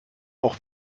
auch